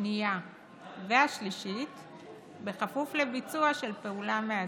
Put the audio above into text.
השנייה והשלישית בכפוף לביצוע של פעולה מאזנת.